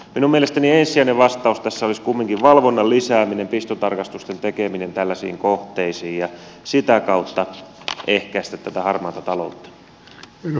minun mielestäni ensisijainen vastaus tässä olisi kumminkin valvonnan lisääminen pistotarkastusten tekeminen tällaisiin kohteisiin ja sitä kautta harmaan talouden ehkäiseminen